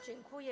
Dziękuję.